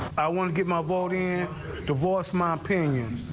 i want to get my vote in to voice my opinion,